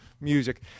music